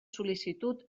sol·licitud